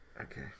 Okay